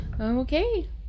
Okay